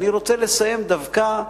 אני רוצה לסיים, דווקא,